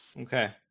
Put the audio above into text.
Okay